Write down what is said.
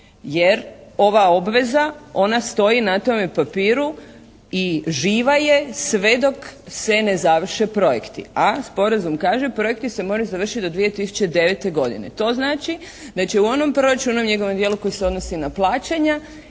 jer ova obveza, ona stoji na tome papiru i živa je sve dok se ne završe projekti. A sporazum kaže: «Projekti se moraju završiti do 2009. godine.» To znači da će u onom proračunu, u njegovom dijelu koji se odnosi na plaćanja